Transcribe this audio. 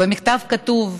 ובמכתב כתוב: